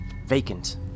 Vacant